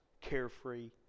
carefree